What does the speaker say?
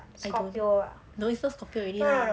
I don't know no it's not scorpio already lah